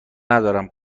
ندارم